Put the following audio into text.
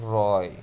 Roy